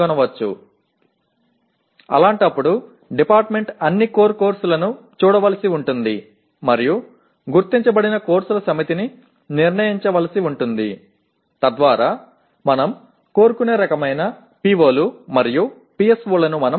அவ்வாறான நிலையில் துறை அனைத்து முக்கிய பாடங்களையும் கவனித்து மற்றும் அடையாளம் காணப்பட்ட பாடங்களையும் தீர்மானித்து நாம் விரும்பும் POக்கள் மற்றும் PSO களை விவரிக்க வேண்டும்